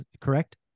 correct